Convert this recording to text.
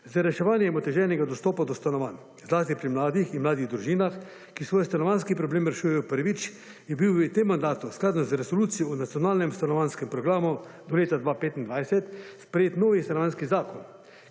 Z reševanjem oteženega dostopa do stanovanj, zlasti pri mladih in mladih družinah, ki svoj stanovanjski problem rešujejo prvič, je bil v tem mandatu v skladu z Resolucijo o nacionalnem stanovanjskem programu do leta 2025 sprejet novi Stanovanjski zakon,